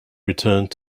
returned